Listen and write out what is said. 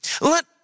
Let